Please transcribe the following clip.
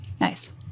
Nice